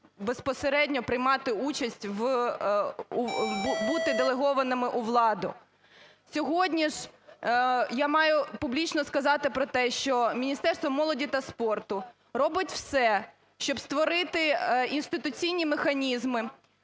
безпосередньо приймати участь у… бути делегованим у владу. Сьогодні ж я маю публічно сказати про те, що Міністерство молоді та спорту робить все, щоб створити інституційні механізми,